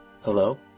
Hello